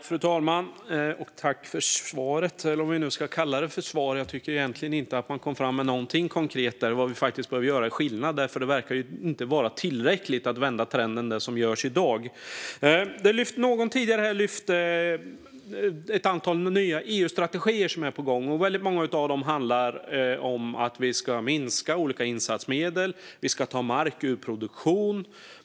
Fru talman! Jag tackar för svaret, om vi nu ska kalla det för svar - jag tycker egentligen inte att Isak From kom fram med någonting konkret om vad vi faktiskt behöver göra annorlunda. Det som görs i dag verkar ju inte vara tillräckligt för att vända trenden. Någon tidigare talare nämnde ett antal nya EU-strategier som är på gång. Väldigt många av dem handlar om att vi ska minska olika insatsmedel. Vi ska ta mark ur produktion.